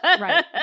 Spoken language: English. Right